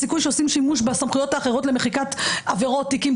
הסיכוי שעושים שימוש בסמכויות האחרות למחיקת עבירות תיקים,